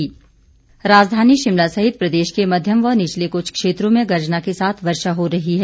मौसम राजधानी शिमला सहित प्रदेश के मध्यम व निचले कुछ क्षेत्रों में गर्जना के साथ वर्षा हो रही है